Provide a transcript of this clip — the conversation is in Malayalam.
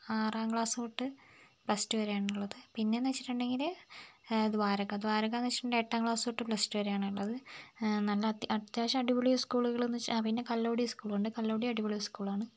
ആറാം ക്ലാസ് തൊട്ട് പ്ലസ് ടു വരെയാണുള്ളത് പിന്നെ എന്ന് വെച്ചിട്ടുണ്ടെങ്കിൽ ദ്വാരക ദ്വാരക എന്നുവെച്ചിട്ടുണ്ടെങ്കിൽ എട്ടാം ക്ലാസ് തൊട്ട് പ്ലസ് ടു വരെയാണുള്ളത് നല്ല അത്യ അത്യാവശ്യം അടിപൊളി സ്കൂളുകൾ എന്ന് വെച്ചാൽ പിന്നെ കല്ലുവടി സ്കൂൾ ഉണ്ട് കല്ലുവടി അടിപൊളി സ്കൂൾ ആണ്